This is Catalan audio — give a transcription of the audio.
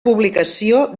publicació